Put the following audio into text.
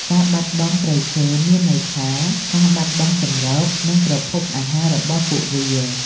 ការបាត់បង់ព្រៃឈើមានន័យថាការបាត់បង់ជម្រក និងប្រភពអាហាររបស់ពួកវា។